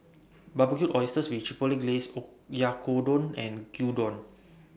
Barbecued Oysters with Chipotle Glaze Oyakodon and Gyudon